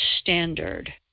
standard